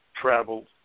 traveled